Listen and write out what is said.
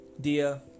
Dear